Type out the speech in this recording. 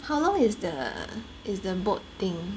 how long is the is the boat thing